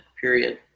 period